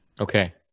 Okay